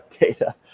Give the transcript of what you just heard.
data